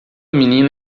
menina